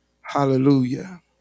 Hallelujah